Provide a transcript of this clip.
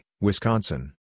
Wisconsin